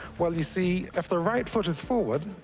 well, you see, if their right foot is forward,